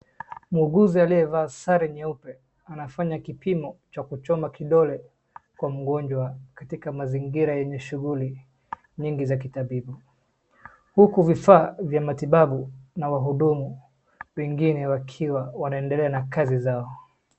Muuguzi aliyevaa sare nyeupe anafanya kipimo cha kuchoma vidole kwa mgonjwa katika mazingira yenye shughuli mingi za kitabibu huku vifaa vya matibabu na wahudumu wengine wakiwa wanaendelea na kazi zao.